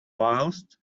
whilst